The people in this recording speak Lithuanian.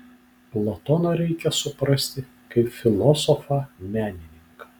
platoną reikia suprasti kaip filosofą menininką